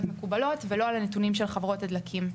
מקובלות ולא על הנתונים של חברות הדלקים.